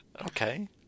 okay